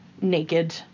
naked